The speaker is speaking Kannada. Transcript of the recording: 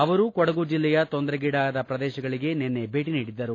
ಅವರು ಕೊಡಗು ಜಿಲ್ಲೆಯ ತೊಂದರೆಗೀಡಾದ ಪ್ರದೇಶಗಳಿಗೆ ನಿನ್ನೆ ಭೇಟಿ ನೀಡಿದ್ದರು